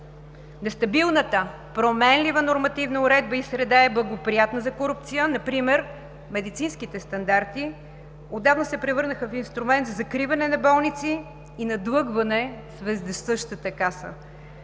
Нестабилната, променлива нормативна уредба и среда е приятна за корупция. Например медицинските стандарти отдавна се превърнаха в инструмент за закриване на болници и надлъгване с въздесъщата Каса.